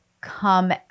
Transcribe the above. come